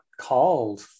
called